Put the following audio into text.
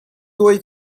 dawi